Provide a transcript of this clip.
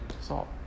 salt